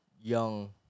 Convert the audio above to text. young